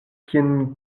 kien